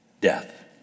death